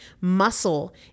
Muscle